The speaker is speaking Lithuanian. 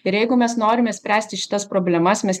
ir jeigu mes norime spręsti šitas problemas mes